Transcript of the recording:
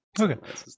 Okay